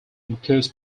includes